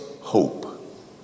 hope